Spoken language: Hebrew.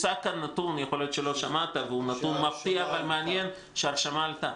יכול להיות שלא שמעת הוצג פה נתון שהוא מפתיע ומעניין שההרשמה עלתה.